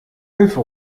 hilfe